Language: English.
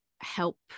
help